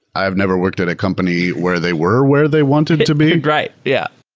i have never worked at a company where they were where they wanted to be. and right. yeah.